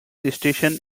station